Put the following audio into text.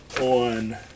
on